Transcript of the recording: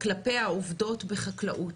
כלפי העובדות בחקלאות.